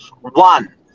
one